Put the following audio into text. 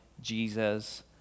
Jesus